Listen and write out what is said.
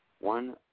one